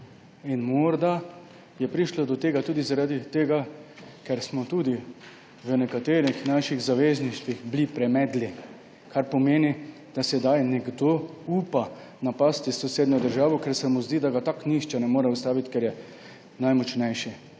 Morda je prišlo do tega tudi zaradi tega, ker smo bili v nekaterih zavezništvih premedli, kar pomeni, da sedaj nekdo upa napasti sosednjo državo, ker se mu zdi, da ga tako nihče ne more ustaviti, ker je najmočnejši.